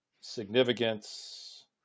significance